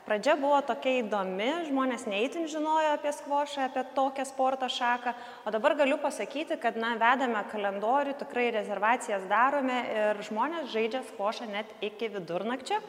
pradžia buvo tokia įdomi žmonės ne itin žinojo apie skvošą apie tokią sporto šaką o dabar galiu pasakyti kad na vedame kalendorių tikrai rezervacijas darome ir žmonės žaidžia skvošą net iki vidurnakčio